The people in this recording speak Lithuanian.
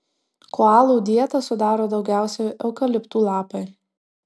koalų dietą sudaro daugiausiai eukaliptų lapai